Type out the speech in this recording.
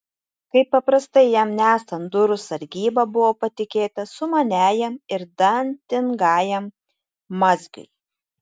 kaip paprastai jam nesant durų sargyba buvo patikėta sumaniajam ir dantingajam mazgui